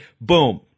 boom